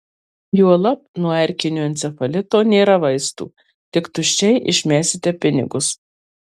juolab nuo erkinio encefalito nėra vaistų tik tuščiai išmesite pinigus